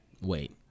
Wait